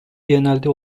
genelde